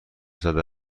زده